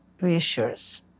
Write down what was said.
reassures